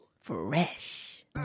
Fresh